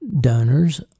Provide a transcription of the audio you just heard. donors